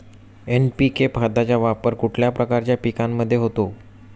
NPK खताचा वापर कुठल्या प्रकारच्या पिकांमध्ये होतो?